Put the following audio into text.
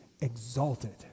exalted